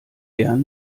gerne